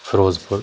Firozpur